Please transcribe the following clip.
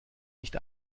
nicht